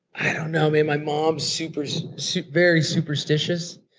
i don't know man, my mom's super so super very superstitious.